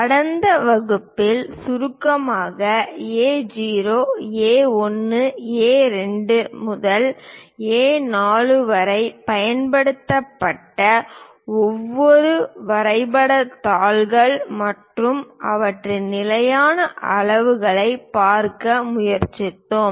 கடைசி வகுப்பில் சுருக்கமாக A0 A1 A2 முதல் A4 வரை பயன்படுத்தப்பட்ட வெவ்வேறு வரைபடத் தாள்கள் மற்றும் அவற்றின் நிலையான அளவுகளைப் பார்க்க முயற்சித்தோம்